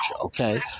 Okay